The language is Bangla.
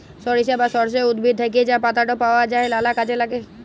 সরিষা বা সর্ষে উদ্ভিদ থ্যাকে যা পাতাট পাওয়া যায় লালা কাজে ল্যাগে